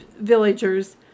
villagers